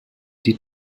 die